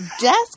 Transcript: desk